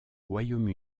royaume